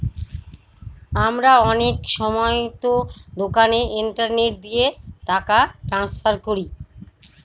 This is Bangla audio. আমরা অনেক সময়তো দোকানে ইন্টারনেট দিয়ে টাকা ট্রান্সফার করি